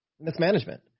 mismanagement